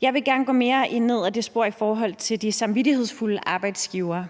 Jeg vil gerne gå mere ned ad sporet med de samvittighedsfulde arbejdsgivere.